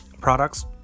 products